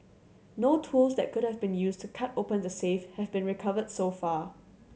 no tools that could have been used to cut open the safe have been recovered so far